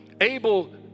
abel